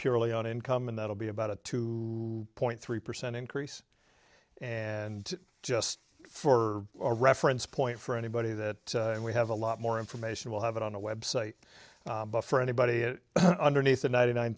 purely on income and that'll be about a two point three percent increase and just for a reference point for anybody that we have a lot more information we'll have it on a website for anybody it underneath the ninety nine